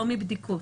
לא מבדיקות.